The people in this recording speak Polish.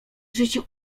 życiu